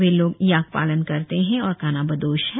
वे लोग याक पालन करते है और खानाबदोश है